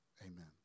Amen